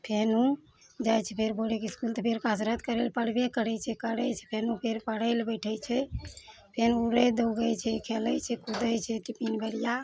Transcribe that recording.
फेनरु ओ जाइ छै फेर भोरेके इसकुल तऽ फेर कसरत करै लए पड़बे करै छै करै छै फेरो फेर पढ़ै लए बैठै छै फेर उड़ैत दौगै छै खेलै छै कूदै छै टिफिन बेरिआ